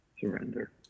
Surrender